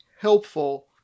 helpful